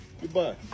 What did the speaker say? Goodbye